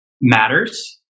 matters